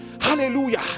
Hallelujah